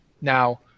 Now